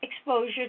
exposure